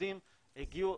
והעובדים הגיעו